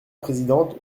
présidente